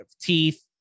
teeth